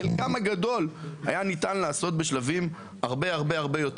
חלקם הגדול היה ניתן לעשות בשלבים הרבה-הרבה יותר